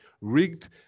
rigged